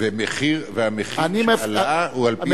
והמחיר שעלה הוא על-פי,